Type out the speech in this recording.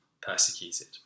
persecuted